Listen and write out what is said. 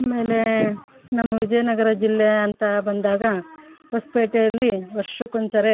ಆಮೇಲೆ ನಮ್ಮ ವಿಜಯನಗರ ಜಿಲ್ಲೆ ಅಂತ ಬಂದಾಗ ಹೊಸಪೇಟೆಯಲ್ಲಿ ವರ್ಷಕ್ಕೆ ಒಂದ್ಸರಿ